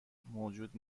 موجود